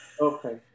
Okay